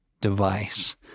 device